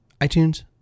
iTunes